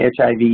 HIV